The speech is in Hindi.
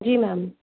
जी मैम